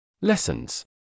Lessons